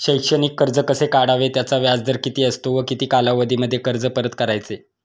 शैक्षणिक कर्ज कसे काढावे? त्याचा व्याजदर किती असतो व किती कालावधीमध्ये कर्ज परत करायचे?